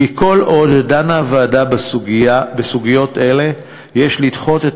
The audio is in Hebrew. כי כל עוד דנה הוועדה בסוגיות אלה יש לדחות את